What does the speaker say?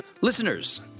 Listeners